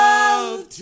Love